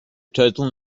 total